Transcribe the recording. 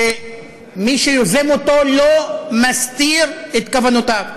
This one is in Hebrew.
שמי שיוזם אותו לא מסתיר את כוונותיו,